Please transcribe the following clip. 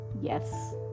Yes